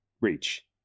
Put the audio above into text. reach